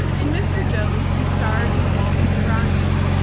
in mr. jones, he stars as walter duranty,